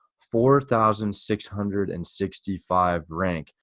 four thousand six hundred and sixty five rank.